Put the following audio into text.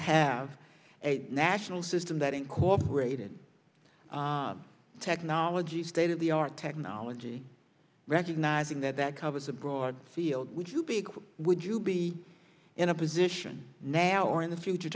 have a national system that incorporated technology state of the art technology recognizing that that covers a broad field would you be would you be in a position now or in the future